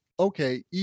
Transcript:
okay